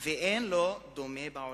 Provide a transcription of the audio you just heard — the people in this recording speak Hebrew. ואין לו דומה בעולם.